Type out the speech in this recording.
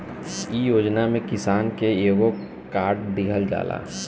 इ योजना में किसान के एगो कार्ड दिहल जाला